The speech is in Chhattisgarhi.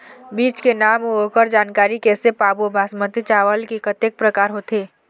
बीज के नाम अऊ ओकर जानकारी कैसे पाबो बासमती चावल के कतेक प्रकार होथे?